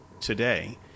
today